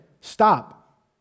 stop